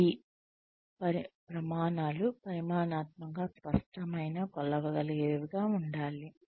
ఈ ప్రమాణాలు పరిమాణాత్మక స్పష్టమైన కొలవగలిగేవిగా ఉండాలి